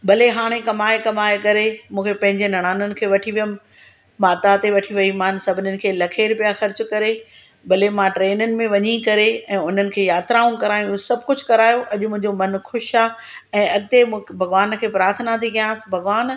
भले हाणे कमाये कमाये करे मूंखे पंहिंजे निड़ाननि खे वठी वयमि माता ते वठी वई मां सभिनीनि खे लखे रूपिया ख़र्चु करे भले मां ट्रेननि में वञी करे ऐं उन्हनि खे यात्राऊं करायूं सभु कुझु करायो अॼ मुंहिंजो मन ख़ुश आहे ऐं अॻिते मुक भगवान खे प्राथना थी कयांसि भगवान